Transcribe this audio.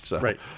Right